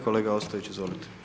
Kolega Ostojić, izvolite.